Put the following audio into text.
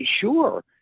sure